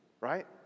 right